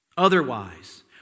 Otherwise